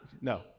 no